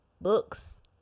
books